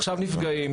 עכשיו נפגעים,